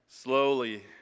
Slowly